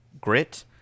grit